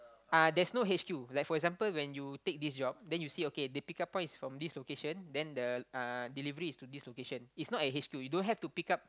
uh there's no h_q like for example when you take this job then you see okay the pick up point is from this location then the uh delivery is to this location it's not at h_q you don't have to pick up